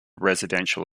residential